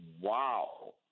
wow